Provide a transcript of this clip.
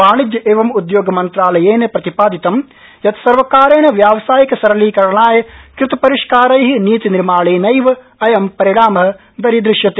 वाणिज्य एवं उदयोग मन्त्रालयेन प्रतिपादितं यत सर्वकारेण व्यावसायिक श्सरलीकरणाय कृतपरिष्कारै नीतिनिर्माणेनैव अयं परिणाम दरीदृश्यते